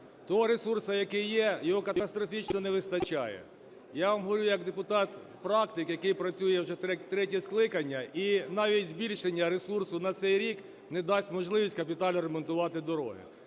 Того ресурсу, який є, його катастрофічно не вистачає. Я вам говорю як депутат-практик, який працює вже третє скликання, і навіть збільшення ресурсу на цей рік не дасть можливості капітально ремонтувати дороги.